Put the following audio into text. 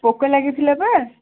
ପୋକ ଲାଗିଥିଲା ବା